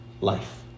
life